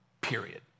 period